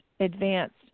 advanced